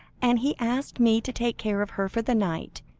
and he asked me to take care of her for the night.